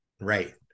Right